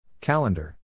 Calendar